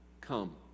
Come